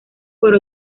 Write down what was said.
por